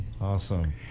Awesome